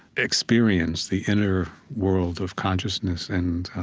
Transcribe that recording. experience, the inner world of consciousness and